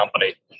company